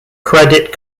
credit